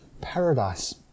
paradise